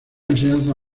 enseñanza